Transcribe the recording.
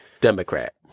Democrat